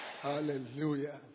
Hallelujah